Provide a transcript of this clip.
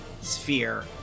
sphere